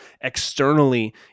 externally